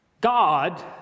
God